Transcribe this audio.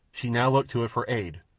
she now looked to it for aid,